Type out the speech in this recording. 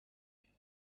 can